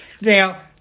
Now